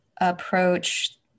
approach